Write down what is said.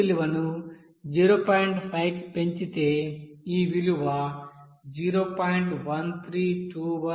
5 కి పెంచితే ఈ విలువ 0